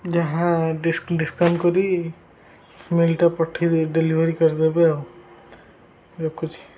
ଯାହା ଡିସକାଉଣ୍ଟ କରି ମିଲ୍ଟା ପଠାଇ ଡେଲିଭରି କରିଦେବେ ଆଉ ରଖୁଛିି